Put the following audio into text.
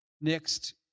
Next